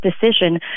decision